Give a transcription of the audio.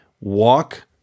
walk